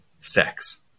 sex